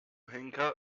henker